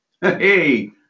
hey